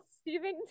Stephen